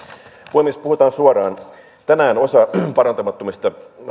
puhemies puhutaan suoraan tänään osa parantumattomasti